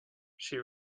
she